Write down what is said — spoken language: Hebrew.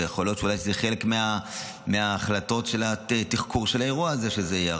ויכול להיות שזה יהיה חלק מההחלטות של התחקור של האירוע הזהה.